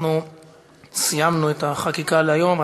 סיימנו את החקיקה להיום.